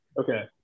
Okay